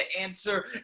answer